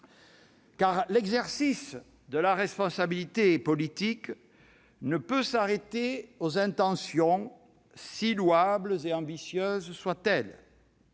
l'exercice de la responsabilité politique ne peut s'arrêter aux intentions, si louables et ambitieuses soient-elles.